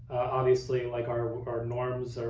obviously, like our our norms,